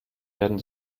werden